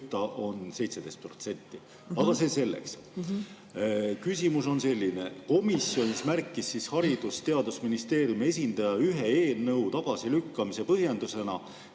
on 17%. Aga see selleks. Küsimus on selline. Komisjonis märkis Haridus- ja Teadusministeeriumi esindaja ühe eelnõu tagasilükkamise põhjendusena,